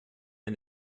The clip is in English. and